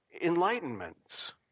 enlightenment